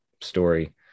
story